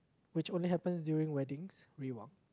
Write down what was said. which only happens during weddings